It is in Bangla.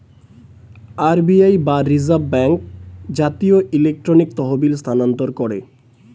আর.বি.আই বা রিজার্ভ ব্যাঙ্ক জাতীয় ইলেকট্রনিক তহবিল স্থানান্তর করে